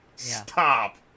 Stop